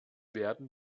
werden